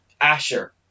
Asher